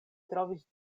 trovis